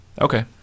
okay